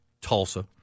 Tulsa